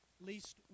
least